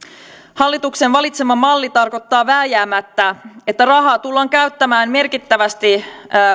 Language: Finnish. hallituksen valitsema malli tarkoittaa vääjäämättä että rahaa tullaan käyttämään merkittävästi